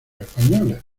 españoles